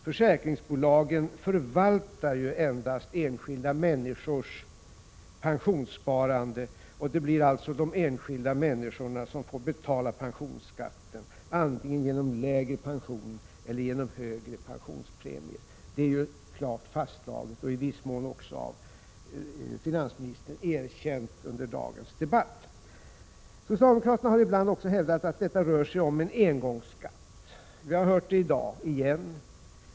Försäkringsbolagen förvaltar endast enskilda människors pensionssparande, och det blir alltså enskilda människor som får betala pensionsskatten, antingen genom lägre pension eller genom högre pensionspremier. Detta är ju klart fastslaget och i viss mån också erkänt av finansministern under dagens debatt. Socialdemokraterna har ibland även hävdat att det rör sig om en engångsskatt — och vi har hört det i dag igen.